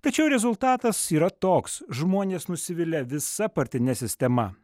tačiau rezultatas yra toks žmonės nusivilia visa partine sistema